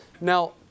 Now